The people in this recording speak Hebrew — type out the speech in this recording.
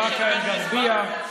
באקה אל-גרבייה,